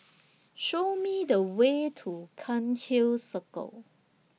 Show Me The Way to Cairnhill Circle